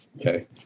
okay